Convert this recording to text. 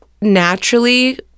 naturally